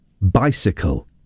Bicycle